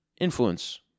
influence